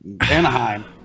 Anaheim